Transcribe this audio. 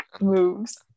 moves